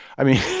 i mean.